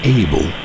able